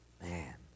Man